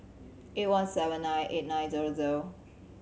eight one seven nine eight nine zero zero